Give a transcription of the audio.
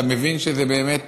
אתה מבין שזה באמת